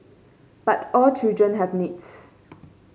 but all children have needs